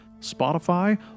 Spotify